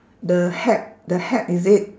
the hat the hat is it